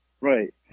Right